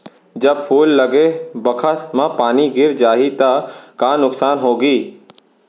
जब फूल लगे बखत म पानी गिर जाही त का नुकसान होगी?